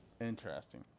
Interesting